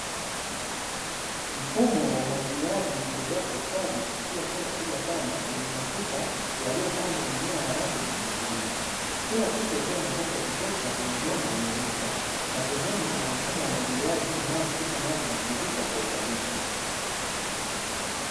Mfumo wa umwagiliaji unaendelea kwa ustadi kupitia shamba kubwa sana lenye matuta yaliyopandwa mimea ya rangi ya kijani kibichi. Kila tuta likiwa na nafasi ya kutosha kwenye udongo wenye rutuba, na pembeni kuna mfumo wa umwagiliaji unaohakikisha maji yanatiririka kwa usahihi.